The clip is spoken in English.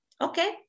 okay